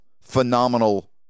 phenomenal